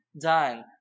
done